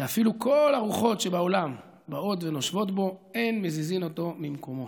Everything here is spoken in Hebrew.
שאפילו כל הרוחות שבעולם באות ונושבות בו אין מזיזין אותו ממקומו,